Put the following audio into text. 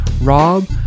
Rob